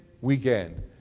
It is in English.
weekend